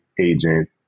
agent